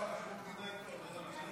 כהצעת הוועדה, נתקבל.